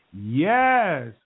Yes